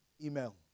email